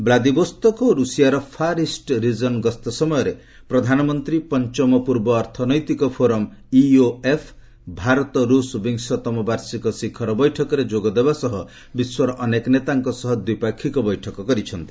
Vladivostok ଓ ରୁଷିଆର far east region ଗସ୍ତ ସମୟରେ ପ୍ରଦାନମନ୍ତ୍ରୀ ପଞ୍ଚମ ପୂର୍ବ ଅର୍ଥନୈତିକ ଫୋରମ୍ ଇଓଏଫ୍ ଭାରତ ରୁଷ୍ ବିଂଶତମ ବାର୍ଷିକ ଶିଖର ବୈଠକରେ ଯୋଗ ଦେବା ସହ ବିଶ୍ୱର ଅନେକ ନେତାଙ୍କ ସହ ଦ୍ୱିପାକ୍ଷିକ ବୈଠକ କରିଛନ୍ତି